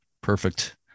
perfect